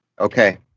Okay